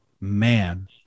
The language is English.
man